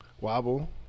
Wobble